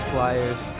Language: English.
Flyers